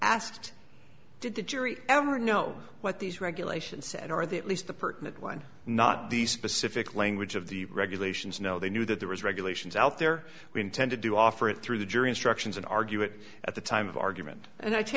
asked did the jury ever know what these regulations said are they at least the pertinent one not the specific language of the regulations no they knew that there was regulations out there we intend to do offer through the jury instructions and argue it at the time of argument and i t